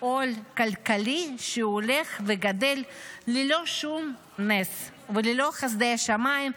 עול כלכלי שהולך וגדל ללא שום נס וללא חסדי שמיים,